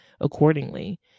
accordingly